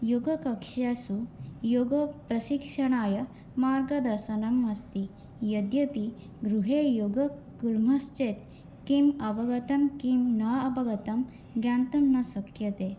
योगकक्षासु योगप्रशिक्षणाय मार्गदर्शनम् अस्ति यद्यपि गृहे योगं कुर्मश्चेत् किम् अवगतं किं न अवगतं ज्ञातुं न शक्यते